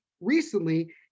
recently